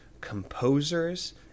composers